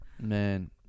Man